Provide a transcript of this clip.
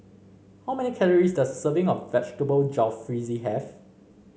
how many calories does serving of Vegetable Jalfrezi have